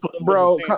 bro